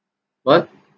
what